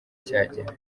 cyagera